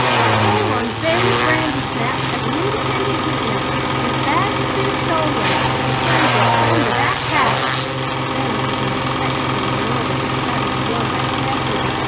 i call on ben brandysnap, as an independent witness whose bag has been stolen, to prove what's under that hat ben put on his spectacles in order to study the wombat carefully,